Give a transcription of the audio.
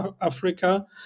Africa